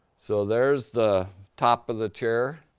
so there's the top of the chair.